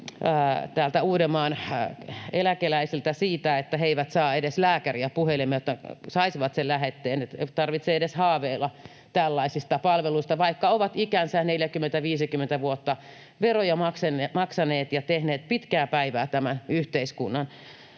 Uudenmaan eläkeläisiltä siitä, että he eivät saa edes lääkäriä puhelimeen, jotta saisivat sen lähetteen. Ei tarvitse edes haaveilla tällaisista palveluista, vaikka ovat ikänsä, 40—50 vuotta veroja maksaneet ja tehneet pitkää päivää tämän yhteiskunnan